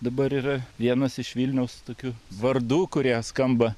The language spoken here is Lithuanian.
dabar yra vienas iš vilniaus tokių vardų kurie skamba